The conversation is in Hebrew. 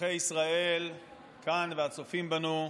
אזרחי ישראל כאן והצופים בנו,